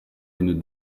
une